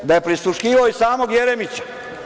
On je prisluškivao i samog Jeremića.